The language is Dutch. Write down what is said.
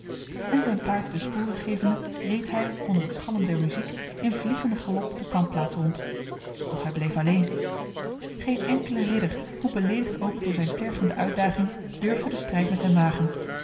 en zijn paard de sporen gevende reed hij onder het schallen der muziek in vliegenden galop de kampplaats rond doch hij bleef alleen geen enkele ridder hoe beleedigd ook door zijne tergende uitdaging durfde den strijd met hem wagen